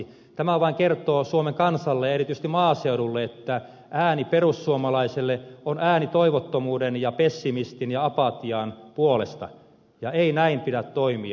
tämä vain kertoo suomen kansalle ja erityisesti maaseudulle että ääni perussuomalaiselle on ääni toivottomuuden ja pessimismin ja apatian puolesta ja ei näin pidä toimia